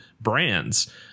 brands